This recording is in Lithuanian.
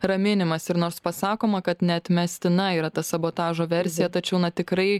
raminimas ir nors pasakoma kad neatmestina yra tas sabotažo versija tačiau na tikrai